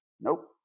Nope